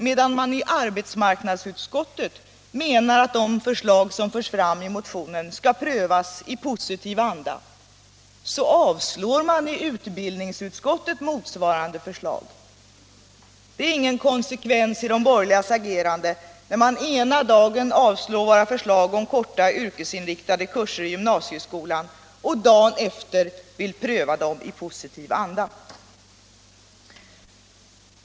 Medan man i arbetsmarknadsutskottet menar att de förslag som förts fram i motionen skall prövas i positiv anda avstyrker man i utbildningsutskottet motsvarande förslag. Det är ingen konsekvens i de borgerligas agerande där de ena dagen avslår våra förslag om korta yrkesinriktade kurser i gymnasieskolan och andra dagen vill pröva dem i positiv anda.